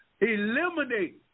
Eliminate